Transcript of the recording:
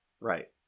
Right